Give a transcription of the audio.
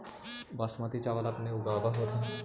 बासमती चाबल अपने ऊगाब होथिं?